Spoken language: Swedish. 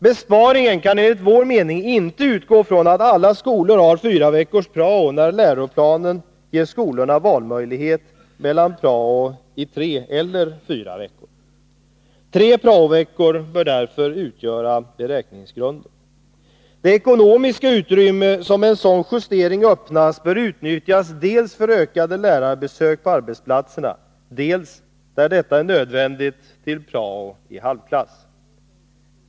Besparingen kan enligt vår mening inte utgå från att alla skolor har fyra veckors prao, när läroplanen ger skolorna möjlighet att välja prao i tre eller i fyra veckor. Tre prao-veckor bör utgöra beräkningsgrund. Det ekonomiska utrymme som med en sådan justering öppnas bör utnyttjas dels för ökade lärarbesök på arbetsplatserna, dels — där detta är nödvändigt — till prao i halvklass.